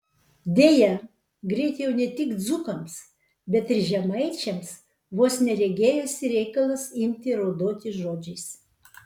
deja greit jau ne tik dzūkams bet ir žemaičiams vos ne regėjosi reikalas imti raudoti žodžiais